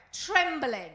trembling